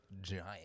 giant